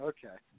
Okay